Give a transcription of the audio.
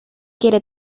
quiere